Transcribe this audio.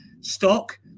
stock